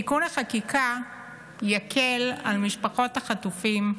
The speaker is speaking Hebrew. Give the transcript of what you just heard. תיקון החקיקה יקל על משפחות החטופים,